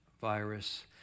virus